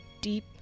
deep